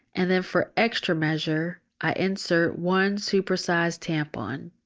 and then for extra measure, i insert one super sized tampon.